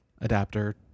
adapter